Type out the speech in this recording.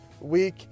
week